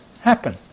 happen